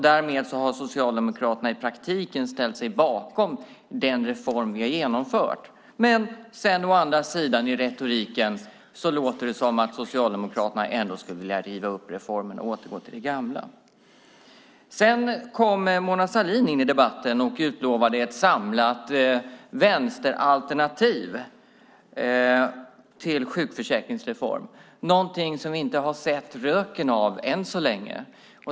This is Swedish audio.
Därmed har Socialdemokraterna i praktiken ställt sig bakom den reform vi har genomfört. Men å andra sidan låter det i retoriken som att Socialdemokraterna ändå skulle vilja riva upp reformen och återgå till det gamla. Sedan kom Mona Sahlin in i debatten och utlovade ett samlat vänsteralternativ till sjukförsäkringsreformen - någonting som vi inte har sett röken av än så länge.